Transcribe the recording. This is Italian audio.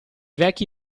vecchi